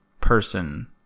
person